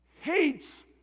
hates